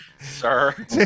sir